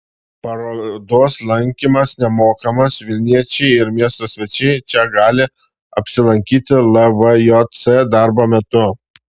parodos lankymas nemokamas vilniečiai ir miesto svečiai čia gali apsilankyti lvjc darbo metu